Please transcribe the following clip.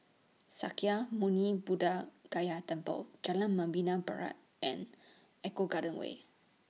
Sakya Muni Buddha Gaya Temple Jalan Membina Barat and Eco Garden Way